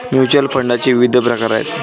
mutual फंडाचे विविध प्रकार आहेत